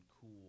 cool